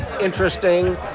interesting